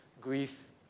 grief